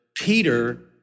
Peter